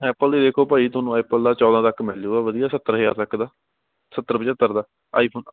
Apple ਦੇ ਦੇਖੋ ਭਾਈ ਤੁਹਾਨੂੰ ਐਪਲ ਦਾ ਚੌਦਾਂ ਤੱਕ ਮਿਲ ਜਾਊਗਾ ਵਧੀਆ ਸੱਤਰ ਹਜ਼ਾਰ ਤੱਕ ਦਾ ਸੱਤਰ ਪੰਝੱਤਰ ਦਾ ਆਈ ਫੋਨ